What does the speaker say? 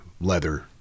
leather